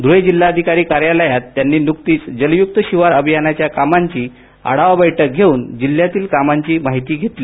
ध्रुळे जिल्हाधिकारी कार्यालयात त्यांनी नुकतीच जलयुक्त अभियानाच्या कामांची आढावा बैठक घेऊन जिल्ह्यातील कामाची माहिती घेतली